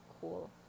cool